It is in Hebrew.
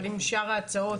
אבל אם שאר ההצעות